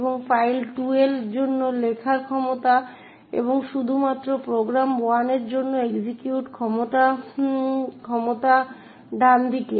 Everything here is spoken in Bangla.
এবং ফাইল 2 এর জন্য লেখার ক্ষমতা এবং শুধুমাত্র প্রোগ্রাম 1 এর জন্য এক্সিকিউট ক্ষমতা ডানদিকে